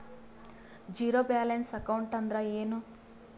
Zero balance account ಅಂದ್ರ ಏನು?